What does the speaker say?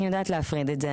אני יודעת להפריד את זה.